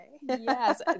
yes